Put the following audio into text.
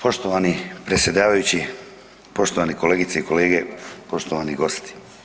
Poštovani predsjedavajući, poštovane kolegice i kolege, poštovani gosti.